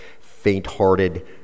faint-hearted